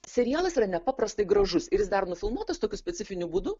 serialas yra nepaprastai gražus ir jis dar nufilmuotas tokiu specifiniu būdu